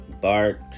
Bart